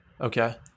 Okay